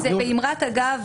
באמרת אגב,